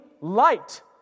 light